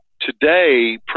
today